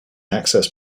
access